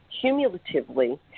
cumulatively